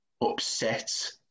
upset